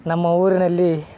ನಮ್ಮ ಊರಿನಲ್ಲಿ